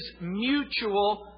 mutual